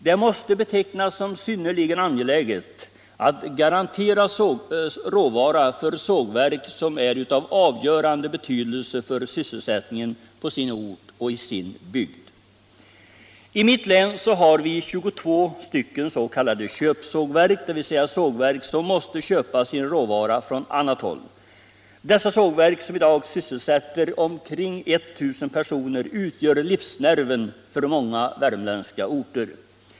Det måste betecknas som synnerligen angeläget att garantera råvara för sågverk som har avgörande betydelse för sysselsättningen på sin ort och i sin bygd. I mitt län har vi 22 s.k. köpsågverk — dvs. sågverk som måste köpa sin råvara från annat håll. Dessa sågverk som i dag sysselsätter omkring 1.000 personer utgör livsnerven för många värmländska orter.